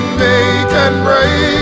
make-and-break